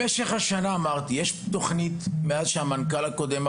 במשך השנה כולה יש תוכנית שקיימת עוד מאז שהיה פה המנכ״ל הקודם,